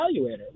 evaluator